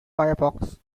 firefox